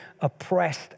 oppressed